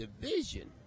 division